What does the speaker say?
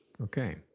Okay